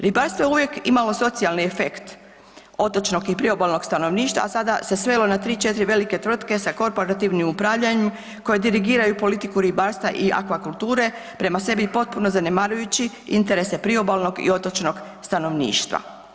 Ribarstvo je uvijek imalo socijalni efekt otočnog i priobalnog stanovništva, a sada se svelo na tri, četiri velike tvrtke sa korporativnim upravljanjem koji dirigiraju politiku ribarstva i akvakulture prema sebi potpuno zanemarujući interese priobalnog i otočnog stanovništva.